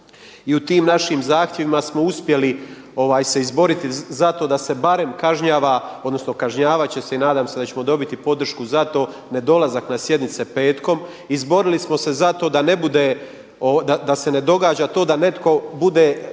i u tim našim zahtjevima smo uspjeli se izboriti za to da se barem kažnjava, odnosno kažnjavati će se i nadam se da ćemo dobiti podršku za to, nedolazak na sjednice petkom. Izborili smo se za to da ne bude, da se ne događa to da netko bude